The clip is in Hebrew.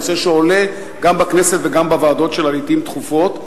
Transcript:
נושא שעולה גם בכנסת וגם בוועדות שלה תכופות,